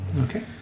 Okay